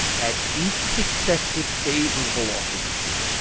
at each successive favourable opposition,